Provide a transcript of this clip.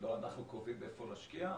לא אנחנו קובעים איפה להשקיע,